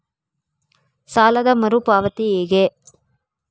ಸಾಲದ ಮರು ಪಾವತಿ ಹೇಗೆ?